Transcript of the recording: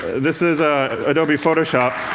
this is ah adobe photoshop.